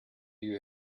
you